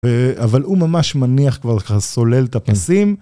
אבל הוא ממש מניח כבר ככה סולל את הפסים.